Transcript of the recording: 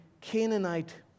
Canaanite